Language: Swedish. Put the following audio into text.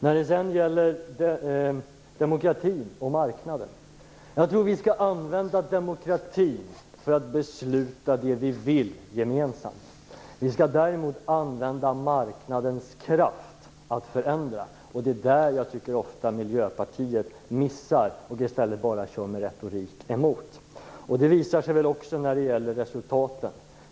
När det sedan gäller demokratin och marknaden tror jag att vi skall använda demokratin till att besluta det vi gemensamt vill. Däremot skall vi använda marknadens kraft när det gäller att förändra. Det är där som jag tycker att Miljöpartiet missar och i stället bara kör med retorik emot. Det visar sig också i resultaten.